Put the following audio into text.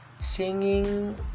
singing